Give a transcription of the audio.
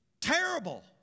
terrible